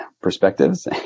perspectives